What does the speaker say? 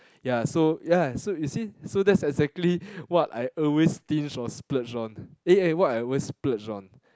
ya so ya so you see so that's exactly what I always stinge or splurge on eh eh what I always splurge on